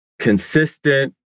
consistent